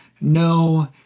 no